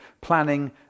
planning